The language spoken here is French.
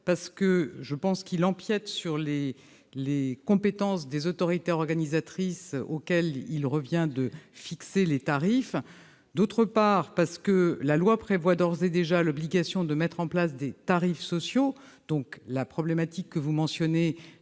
parce que je pense qu'il empiète sur les compétences des autorités organisatrices auxquelles il revient de fixer les tarifs. Ensuite, parce que la loi prévoit d'ores et déjà l'obligation de mettre en place des tarifs sociaux : la problématique mentionnée